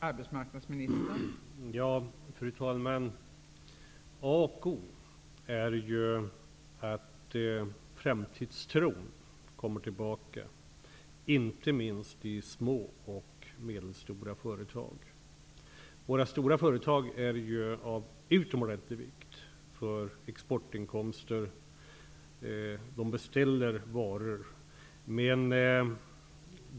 Fru talman! A och O är att framtidstron kommer tillbaka, inte minst i små och medelstora företag. Våra stora företag är av utomordentlig vikt för exportinkomster. De beställer varor.